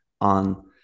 on